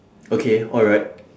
okay alright